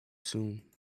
soon